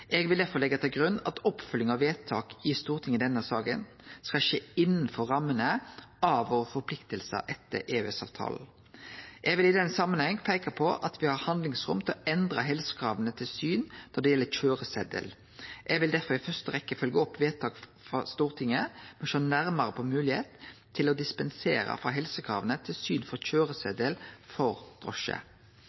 Eg vil derfor leggje til grunn at oppfølginga av vedtaka i Stortinget i denne saka skal skje innanfor rammene av forpliktingane våre etter EØS-avtalen. Eg vil i den samanhengen peike på at vi har handlingsrom til å endre helsekrava til syn når det gjeld køyresetel. Eg vil derfor i første rekkje følgje opp vedtak frå Stortinget for å sjå nærare på moglegheit til å dispensere frå helsekrava til syn for køyresetel for drosje.